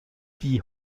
die